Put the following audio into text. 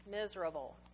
miserable